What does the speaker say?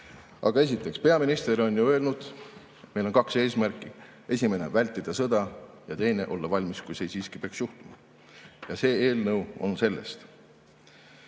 Aga esiteks, peaminister on ju öelnud, et meil on kaks eesmärki. Esimene on vältida sõda ja teine on olla valmis, kui see siiski peaks puhkema. See eelnõu on sellest.